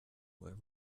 were